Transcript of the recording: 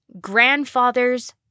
grandfather's